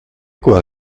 quoi